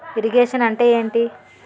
Irrigation అంటే ఏంటీ?